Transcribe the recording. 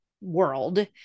world